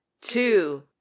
two